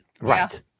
Right